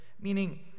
meaning